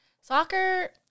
Soccer